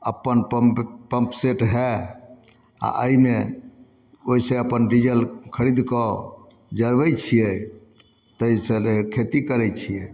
अपन pump pump set हइ आओर एहिमे ओहिसँ अपन डीजल खरिदकऽ जरबै छिए ताहिसँ खेती करै छिए